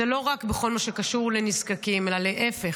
זה לא רק בכל מה שקשור לנזקקים אלא להפך: